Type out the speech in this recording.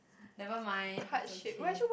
never mind it's okay